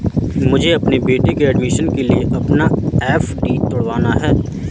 मुझे अपने बेटे के एडमिशन के लिए अपना एफ.डी तुड़वाना पड़ा